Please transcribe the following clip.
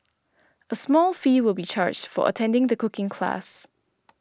a small fee will be charged for attending the cooking classes